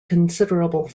considerable